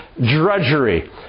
drudgery